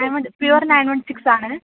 diamond pure nine one സിക്സാണ്